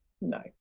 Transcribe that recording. No